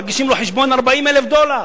מגישים לו חשבון 40,000 דולר.